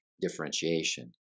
differentiation